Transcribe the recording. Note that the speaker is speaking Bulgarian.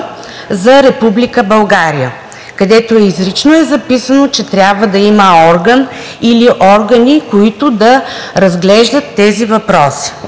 за Република България, където изрично е записано, че трябва да има орган или органи, които да разглеждат тези въпроси.